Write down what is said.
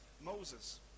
Moses